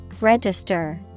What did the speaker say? Register